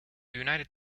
united